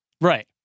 Right